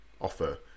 offer